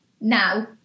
now